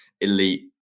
elite